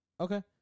Okay